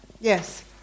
Yes